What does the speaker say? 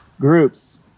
groups